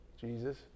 Jesus